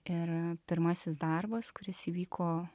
ir pirmasis darbas kuris įvyko